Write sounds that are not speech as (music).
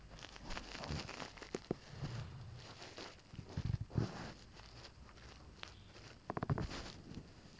(noise)